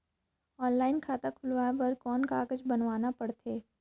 Online खाता खुलवाय बर कौन कागज बनवाना पड़थे?